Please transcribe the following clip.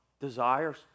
desires